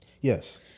Yes